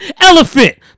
elephant